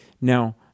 Now